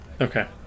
Okay